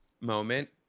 moment